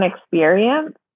experience